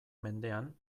mendean